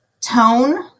tone